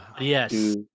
yes